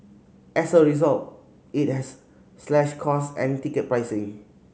as a result it has slashed cost and ticket pricing